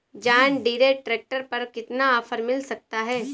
John Deere tractor पर कितना offer मिल सकता है?